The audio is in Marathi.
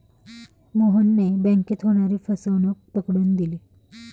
मोहनने बँकेत होणारी फसवणूक पकडून दिली